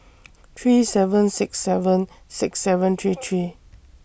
three seven six seven six seven three three